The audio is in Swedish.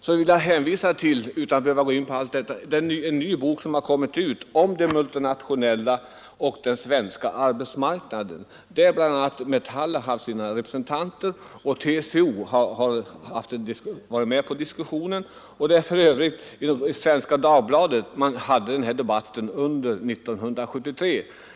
Jag vill hänvisa till en ny bok som har kommit ut om den multinationella och den svenska arbetsmarknaden. I den medverkar bl.a. representanter för Metall och TCO. Denna debatt fördes för övrigt i Svenska Dagbladet under våren 1973.